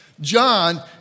John